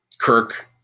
Kirk